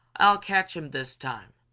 i'll catch him this time!